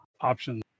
options